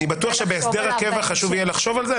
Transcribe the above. אני בטוח שבהסדר הקבע חשוב יהיה לחשוב על זה.